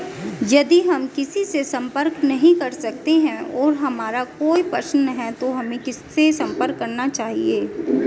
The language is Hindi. यदि हम किसी से संपर्क नहीं कर सकते हैं और हमारा कोई प्रश्न है तो हमें किससे संपर्क करना चाहिए?